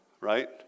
right